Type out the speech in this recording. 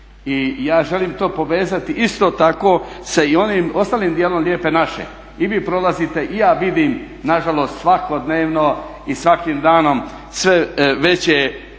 I ja želim to povezati isto tako sa onim ostalim dijelom Lijepe naše. I vi prolazite i ja vidim nažalost svakodnevno i svakim danom sve veće